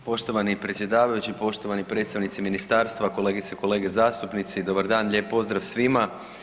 Hvala poštovani predsjedavajući, poštovani predstavnici ministarstva, kolegice i kolege zastupnici, dobar dan, lijep pozdrav svima.